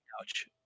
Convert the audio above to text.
couch